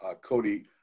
Cody